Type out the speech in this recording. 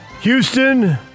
Houston